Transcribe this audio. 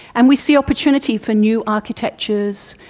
and we see opportunity for new architectures,